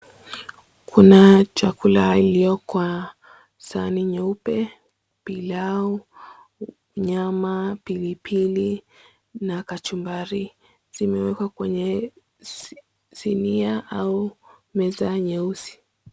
Kuna chakula iliyo kwa sahani nyeupe. Pilau, nyama, pilipili na kachumbari zimewekwa kwenye sinia au meza nyeusi.